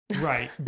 Right